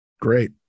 Great